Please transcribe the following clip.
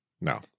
No